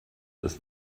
des